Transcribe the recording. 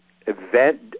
event